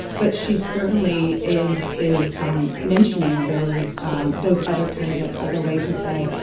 but she certainly is is um mentioning those um those other candidates as a way to say,